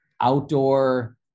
outdoor